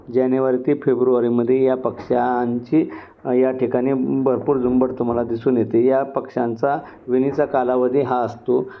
जानेवारी ती फेब्रुवारीमध्ये या पक्ष्यांची या ठिकाणी भरपूर झुंबड तुम्हाला दिसून येते या पक्ष्यांचा विणीचा कालावधी हा असतो